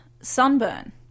sunburn